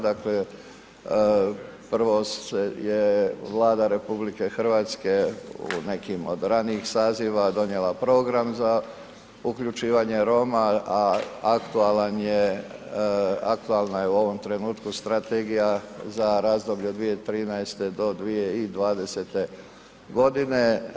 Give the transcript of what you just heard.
Dakle, prvo je Vlada RH u nekim od ranijih saziva donijela program za uključivanje Roma, a aktualan, aktualna je je u ovom trenutku strategija za razdoblje od 2013. do 2020. godine.